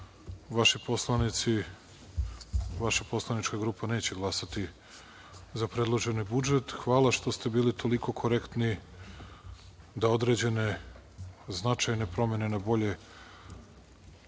vaši poslanici, vaša poslanička grupa neće glasati za predloženi budžet. Hvala što ste bili toliko korektni da određene značajne promene na bolje